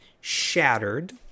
shattered